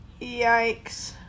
Yikes